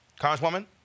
Congresswoman